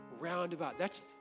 Roundabout—that's